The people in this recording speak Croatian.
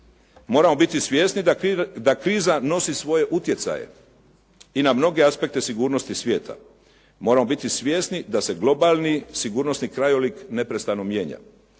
Moramo biti svjesni da kriza nosi svoje utjecaje i na mnoge aspekte sigurnosti svijeta, moramo biti svjesni da se globalni sigurnosni krajolik neprestano mijenja.